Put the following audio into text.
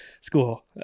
school